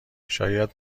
شاید